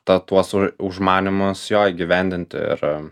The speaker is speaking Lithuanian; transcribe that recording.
ta tuos užmanymus jo įgyvendinti ir